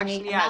אומרת